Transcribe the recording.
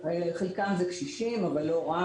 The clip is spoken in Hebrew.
חלקם זה קשישים אבל לא רק,